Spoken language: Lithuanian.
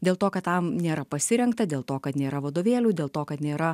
dėl to kad tam nėra pasirengta dėl to kad nėra vadovėlių dėl to kad nėra